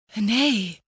Nay